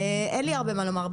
אין לי הרבה מה לומר.